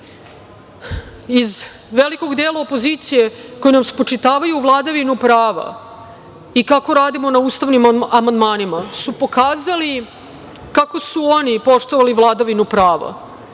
iz velikog dela opozicije koji nam spočitavaju vladavinu prava i kako radimo na ustavnim amandmanima su pokazali kako su oni poštovali vladavinu